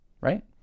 right